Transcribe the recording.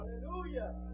Hallelujah